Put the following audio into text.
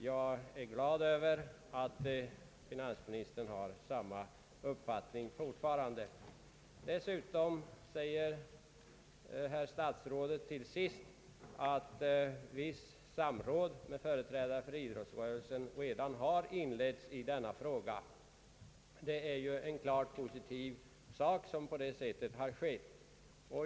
Jag är glad över att finansministern har samma uppfattning fortfarande. Dessutom säger statsrådet till sist att visst samråd med företrädare för idrottsrörelsen redan inletts i denna fråga. Det är en klart positiv sak som på det sättet skett.